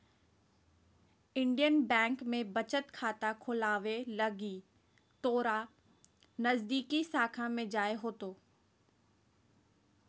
Indian bank में बचत खाता खोलावे लगी तोरा नजदीकी शाखा में जाय होतो